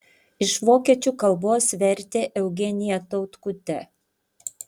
iš vokiečių kalbos vertė eugenija tautkutė